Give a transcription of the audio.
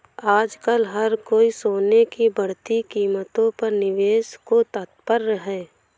आजकल हर कोई सोने की बढ़ती कीमतों पर निवेश को तत्पर है